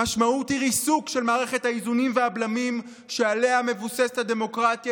המשמעות היא ריסוק של מערכת האיזונים והבלמים שעליה מבוססת הדמוקרטיה